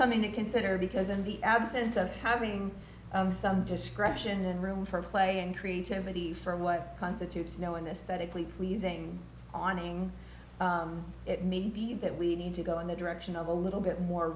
something to consider because in the absence of having some discretion and room for play and creativity for what constitutes knowing this that a pleasing awning it may be that we need to go in the direction of a little bit more